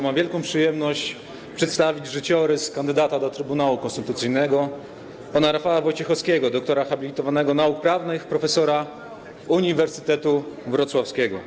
Mam wielką przyjemność przedstawić życiorys kandydata do Trybunału Konstytucyjnego pana Rafała Wojciechowskiego, doktora habilitowanego nauk prawnych, profesora Uniwersytetu Wrocławskiego.